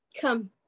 come